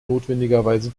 notwendigerweise